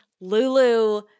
Lulu